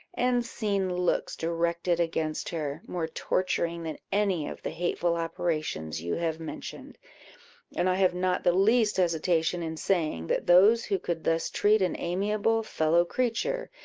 and seen looks directed against her, more torturing than any of the hateful operations you have mentioned and i have not the least hesitation in saying, that those who could thus treat an amiable fellow-creature,